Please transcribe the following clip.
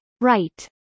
right